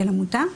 של עמותה).